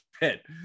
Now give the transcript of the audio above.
bit